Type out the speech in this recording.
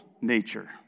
nature